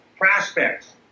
prospects